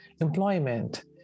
employment